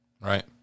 Right